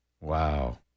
Wow